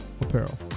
Apparel